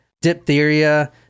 diphtheria